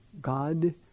God